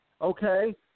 okay